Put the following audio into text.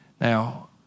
Now